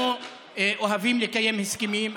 אנחנו אוהבים לקיים הסכמים,